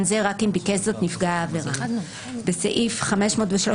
זה רק אם ביקש זאת נפגע העבירה." (4)בסעיף 513כג,